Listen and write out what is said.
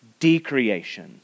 Decreation